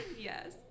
yes